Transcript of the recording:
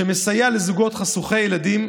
שמסייע לזוגות חשוכי ילדים,